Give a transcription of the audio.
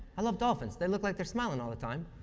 i love dolphins. they look like they're smiling all the time,